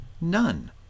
none